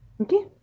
Okay